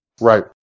Right